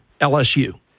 LSU